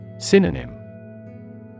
Synonym